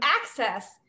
access